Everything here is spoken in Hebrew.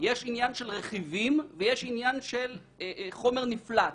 יש עניין של רכיבים ויש עניין של חומר נפלט.